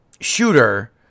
shooter